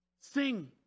Sing